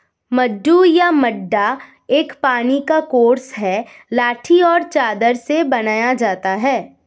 मड्डू या मड्डा एक पानी का कोर्स है लाठी और चादर से बनाया जाता है